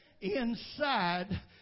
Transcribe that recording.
inside